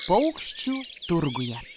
paukščių turguje